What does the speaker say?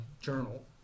journal